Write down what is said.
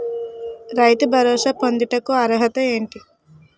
రైతు భరోసా పొందుటకు అర్హత ఏంటి?